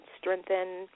strengthen